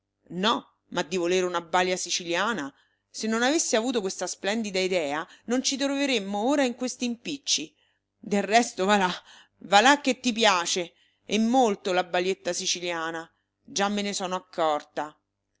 no ma di volere una balia siciliana se non avessi avuto questa splendida idea non ci troveremmo ora in questi impicci del resto va là va là che ti piace e molto la balietta siciliana già me ne sono accorta